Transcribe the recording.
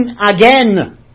again